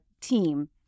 team